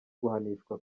guhanishwa